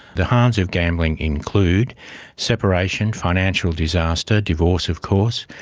the harms of gambling include separation, financial disaster, divorce of course,